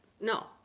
No